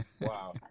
Wow